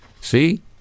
See